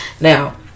Now